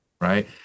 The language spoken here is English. right